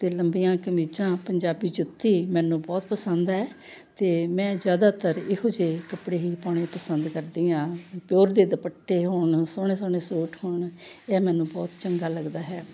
ਅਤੇ ਲੰਬੀਆਂ ਕਮੀਜ਼ਾਂ ਪੰਜਾਬੀ ਜੁੱਤੀ ਮੈਨੂੰ ਬਹੁਤ ਪਸੰਦ ਹੈ ਅਤੇ ਮੈਂ ਜ਼ਿਆਦਾਤਰ ਇਹੋ ਜਿਹੇ ਕੱਪੜੇ ਹੀ ਪਾਉਣੇ ਪਸੰਦ ਕਰਦੀ ਹਾਂ ਪਿਓਰ ਦੇ ਦੁਪੱਟੇ ਹੋਣ ਸੋਹਣੇ ਸੋਹਣੇ ਸੂਟ ਹੋਣ ਇਹ ਮੈਨੂੰ ਬਹੁਤ ਚੰਗਾ ਲੱਗਦਾ ਹੈ